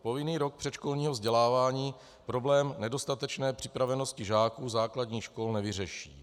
Povinný rok předškolního vzdělávání problém nedostatečné připravenosti žáků základních škol nevyřeší.